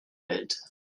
welt